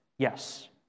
Yes